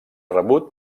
rebut